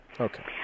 Okay